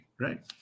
right